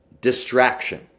Distraction